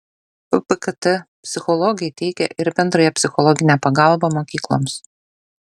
ppkt psichologai teikia ir bendrąją psichologinę pagalbą mokykloms